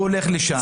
הוא הולך לשם,